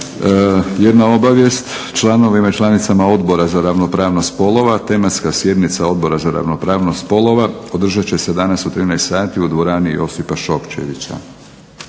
Jedna obavijest članovima i članicama Odbora za ravnopravnost spolova. Tematska sjednica Odbora za ravnopravnost spolova održat će se danas u 13,00 sati u dvorani Josipa Šokčevića.